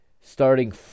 starting